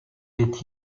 est